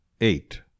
eight